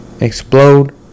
explode